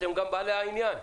אתם גם בעלי העניין.